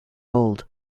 old